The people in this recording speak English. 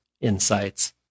insights